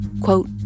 quote